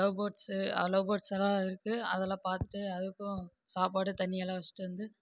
love birds love birds எல்லாம் இருக்குது அதெல்லாம் பார்த்துட்டு அதுக்கும் சாப்பாடு தண்ணி எல்லாம் வச்சுட்டு வந்து